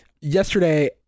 yesterday